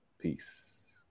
Peace